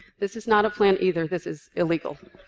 this is not a plan either this is illegal.